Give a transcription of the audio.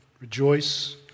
rejoice